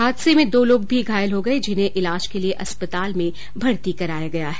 हादसे में दो लोग भी घायल हो गये जिन्हें ईलाज के लिये अस्पताल में भर्ती कराया गया है